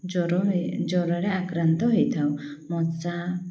ଜର ଜରରେ ଆକ୍ରାନ୍ତ ହେଇଥାଉ ମଶା